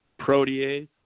protease